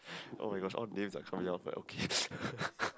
!oh my gosh! all names are coming out but okay